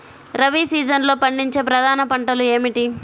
రబీ సీజన్లో పండించే ప్రధాన పంటలు ఏమిటీ?